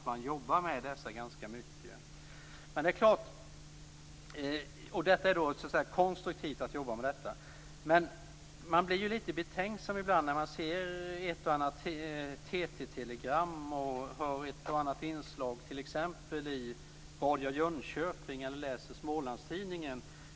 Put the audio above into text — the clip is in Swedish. Man jobbar mycket med dessa frågor. Det är konstruktivt att arbeta med dessa frågor. Man blir lite betänksam när man ser ett och annat TT-telegram och hör ett och annat inslag i t.ex. Radio Jönköping eller läser Smålandstidningen.